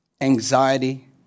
anxiety